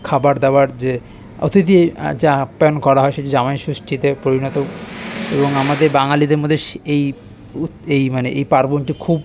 খাবারদাবার যে অতিথি যে আপ্যায়ন করা হয় সেটি জামাইষষ্ঠীতে পরিণত এবং আমাদের বাঙালিদের মধ্যে সে এই উৎ এই মানে এই পার্বণটি খুব